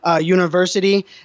University